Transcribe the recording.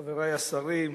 חברי השרים,